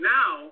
now